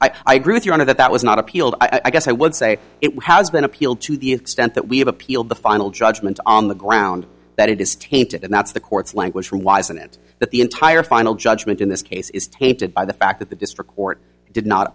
courts i agree with your honor that that was not appealed i guess i would say it has been appealed to the extent that we have appealed the final judgment on the grounds that it is tainted and that's the court's language from why isn't it that the entire final judgment in this case is tainted by the fact that the district court did not